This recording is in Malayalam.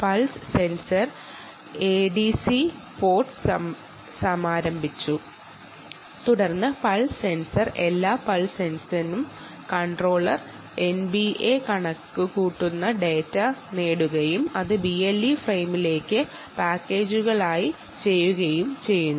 പൾസ് സെൻസർ എഡിസി പോർട്ടിനെ ഇനിഷ്യലൈസ് ചെയ്യുന്നു തുടർന്ന് എല്ലാ പൾസ് സെൻസറും കൺട്രോളർ ഐബിഐ കണക്കുകൂട്ടുന്ന ഡാറ്റ നേടുകയും അത് BLE ഫ്രെയിമിലേക്ക് പാക്കേജു ചെയ്യുകയും ചെയ്യുന്നു